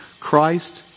Christ